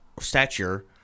stature